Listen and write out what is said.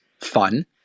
fun